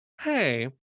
hey